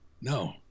no